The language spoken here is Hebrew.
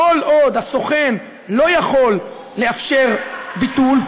כל עוד הסוכן לא יכול לאפשר ביטול,